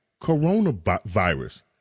coronavirus